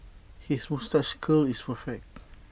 his moustache curl is perfect